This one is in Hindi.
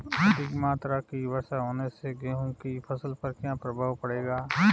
अधिक मात्रा की वर्षा होने से गेहूँ की फसल पर क्या प्रभाव पड़ेगा?